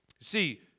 See